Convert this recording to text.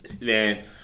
man